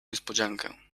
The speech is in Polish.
niespodziankę